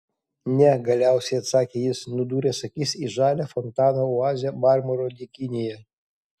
ne galiausiai atsakė jis nudūręs akis į žalią fontano oazę marmuro dykynėje